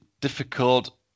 difficult